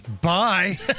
bye